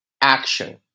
action